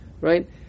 right